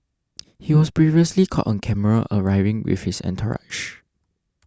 he was previously caught on camera arriving with his entourage